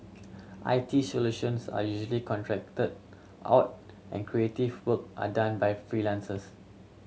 I T solutions are usually contract out and creative work are done by freelances